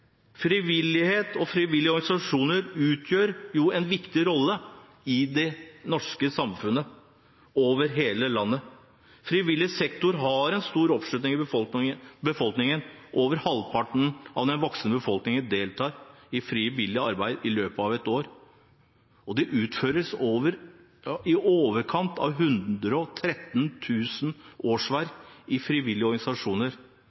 Frivillighet og frivillige organisasjoner spiller en viktig rolle i det norske samfunn, over hele landet. Frivillig sektor har stor oppslutning i befolkningen. Over halvparten av den voksne befolkningen deltar i frivillig arbeid i løpet av et år, og det utføres i overkant av 113 000 årsverk i frivillige organisasjoner